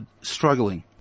struggling